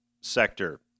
sector